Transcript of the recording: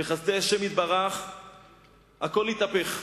ובחסדי השם יתברך הכול התהפך.